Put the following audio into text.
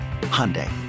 Hyundai